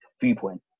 viewpoint